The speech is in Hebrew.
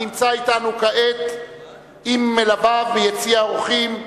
הנמצא אתנו כעת עם מלוויו ביציע האורחים.